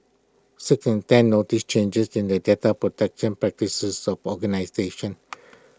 six in ten noticed changes in the data protection practices of organisations